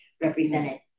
represented